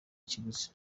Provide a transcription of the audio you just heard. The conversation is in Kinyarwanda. kiguzi